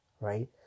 right